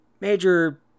major